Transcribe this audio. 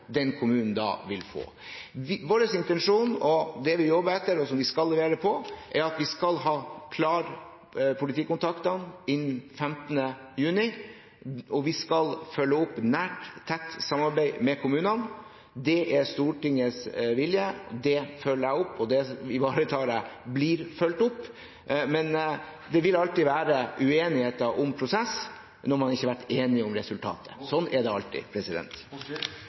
den kommunen da vil få. Vår intensjon – og det vi jobber etter, og som vi skal levere på – er at vi skal ha politikontaktene klare innen 15. juni, og vi skal følge opp gjennom et nært, tett samarbeid med kommunene. Det er Stortingets vilje, det følger jeg opp, og det ivaretar jeg at blir fulgt opp. Men det vil alltid være uenigheter om prosess når man ikke har vært enige om resultatet. Sånn er det alltid.